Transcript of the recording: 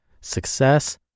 success